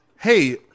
Hey